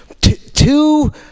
two